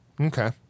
Okay